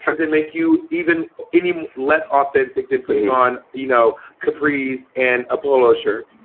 and they make you even any less authentic. they're putting on, you know, capris and a polo shirt.